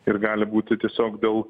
ir gali būti tiesiog dėl